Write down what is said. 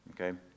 Okay